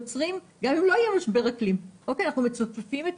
גם אם לא יהיה משבר אקלים אנחנו מצופפים את